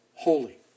holy